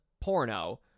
porno